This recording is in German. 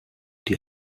die